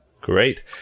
Great